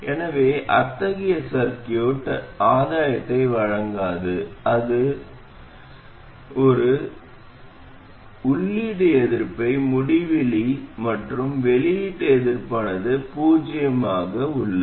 எனவே அத்தகைய சர்கியூட் ஆதாயத்தை வழங்காது அது ஒற்றுமை ஆதாயத்தை வழங்குகிறது ஆனால் இன்னும் உள்ளீடு எதிர்ப்பை முடிவிலி மற்றும் வெளியீட்டு எதிர்ப்பானது பூஜ்ஜியமாக உள்ளது